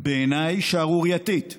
בעיניי שערורייתית,